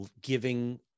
giving